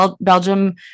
Belgium